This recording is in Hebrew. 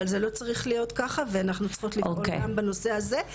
אבל זה לא צריך להיות ככה ואנחנו צריכות לפעול גם בנושא הזה.